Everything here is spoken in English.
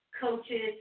coaches